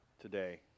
today